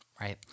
Right